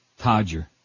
Todger